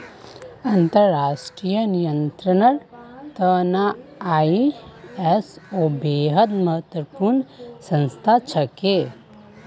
अंतर्राष्ट्रीय नियंत्रनेर त न आई.एस.ओ बेहद महत्वपूर्ण संस्था छिके